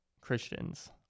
Christians